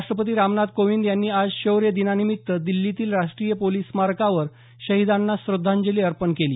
राष्ट्रपती रामनाथ कोविंद यांनी आज शौर्यादिनानिमित्त दिल्लीतील राष्ट्रीय पोलिस स्मारकावर शहिदांना श्रद्धांजली अर्पण केली